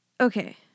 Okay